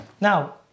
Now